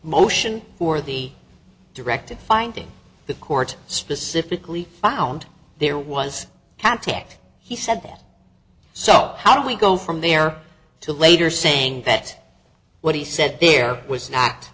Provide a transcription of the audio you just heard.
motion for the directed finding the court specifically found there was contact he said that so how do we go from there to later saying that what he said there was not